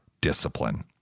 discipline